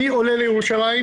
אני עולה לירושלים,